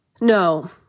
No